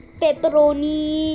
pepperoni